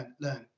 learn